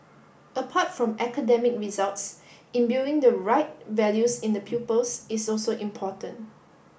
apart from academic results imbuing the right values in the pupils is also important